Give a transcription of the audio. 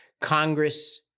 Congress